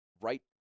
right